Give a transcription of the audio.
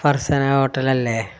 ഫർസാന ഹോട്ടലല്ലേ